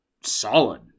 solid